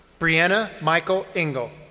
brianna michael engle.